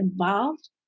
involved